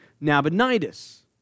Nabonidus